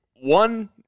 one